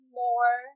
more